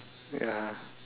ya